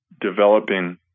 developing